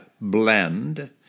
blend